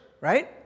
right